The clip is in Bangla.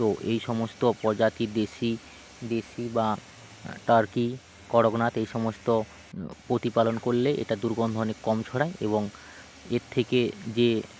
তো এই সমস্ত প্রজাতি দেশি দেশি বা টার্কি করগনাত এই সমস্ত প্রতিপালন করলে এটা দুর্গন্ধ অনেক কম ছড়ায় এবং এর থেকে যে